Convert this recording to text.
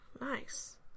Nice